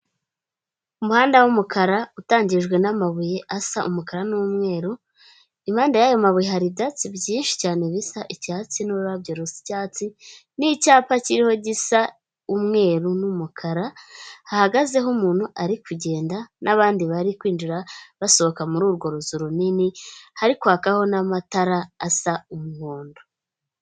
Umuhanda w'umukara utangijwe n'amabuye asa umukara n'umweru, impande yayo mabuye hari ibyatsi byinshi cyane bisa icyatsi n'ururabyo rusa icyatsi, n'icyapa kiriho gisa umweru n'umukara, hahagazeho umuntu ari kugenda n'abandi bari kwinjira basohoka muri urwo ruzu runini, hari kwakaho n'amatara asa umuhondo.